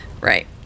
Right